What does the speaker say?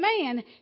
man